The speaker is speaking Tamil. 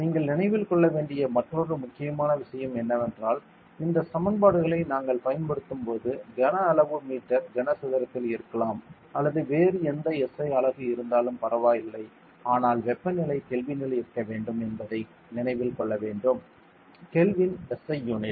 நீங்கள் நினைவில் கொள்ள வேண்டிய மற்றொரு முக்கியமான விஷயம் என்னவென்றால் இந்த சமன்பாடுகளை நாங்கள் பயன்படுத்தும் போது கன அளவு மீட்டர் கனசதுரத்தில் இருக்கலாம் அல்லது வேறு எந்த SI அலகு இருந்தாலும் பரவாயில்லை ஆனால் வெப்பநிலை கெல்வினில் இருக்க வேண்டும் என்பதை நீங்கள் நினைவில் கொள்ள வேண்டும் கெல்வின் SI யூனிட்